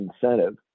incentive